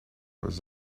was